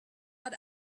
but